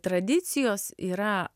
tradicijos yra